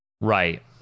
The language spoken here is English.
right